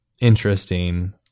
Interesting